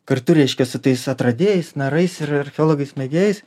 kartu reiškias su tais atradėjais narais ir archeologais mėgėjais